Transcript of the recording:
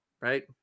right